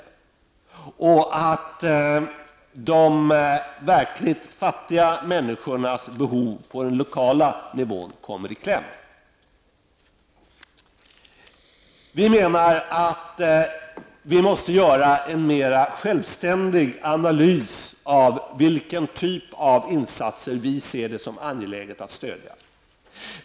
Det finns då stor risk för att de verkligt fattiga människornas behov på lokal nivå kommer i kläm. Vi måste göra en mer självständig analys av vilken typ av insatser vi ser som angelägna att stödja.